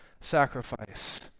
sacrifice